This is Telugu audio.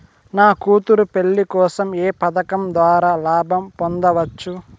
నా కూతురు పెళ్లి కోసం ఏ పథకం ద్వారా లాభం పొందవచ్చు?